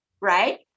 Right